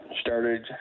started